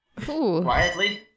Quietly